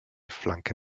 flanke